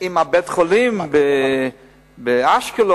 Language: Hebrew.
עם בית-החולים באשקלון,